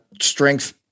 strength